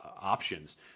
Options